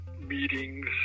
meetings